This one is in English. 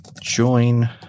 Join